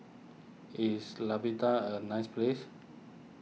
is a nice place